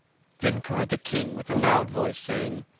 then cried the king with a loud voice, saying,